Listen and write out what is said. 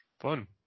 Fun